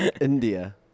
India